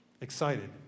Excited